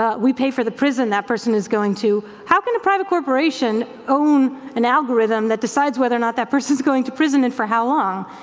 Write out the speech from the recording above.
ah we pay for the prison that person is going to. how can a private corporation own an algorithm that decides whether or not that person is going to prison and for how long.